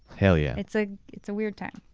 hell yeah. it's ah it's a weird time.